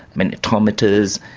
magnetometers,